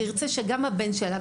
ירצה שגם הילדים שלו,